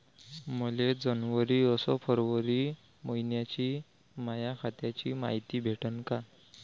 मले जनवरी अस फरवरी मइन्याची माया खात्याची मायती भेटन का?